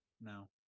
No